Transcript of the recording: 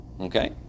Okay